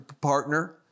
partner